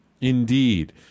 Indeed